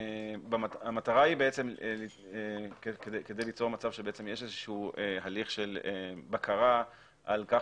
המטרה היא ליצור מצב שיש איזשהו הליך של בקרה על כך